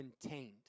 contained